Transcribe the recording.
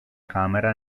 camera